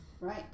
Right